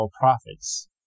prophets